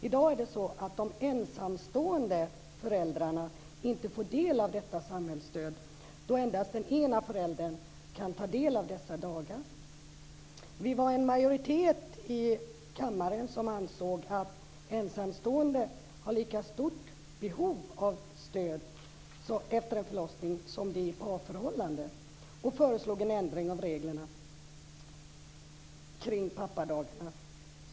I dag får de ensamstående föräldrarna inte del av detta samhällsstöd. Endast den ena föräldern kan ta del av dessa dagar. En majoritet i kammaren ansåg att ensamstående har lika stort behov av stöd efter en förlossning som är fallet vid ett parförhållande och föreslog en ändring av reglerna för pappadagarna.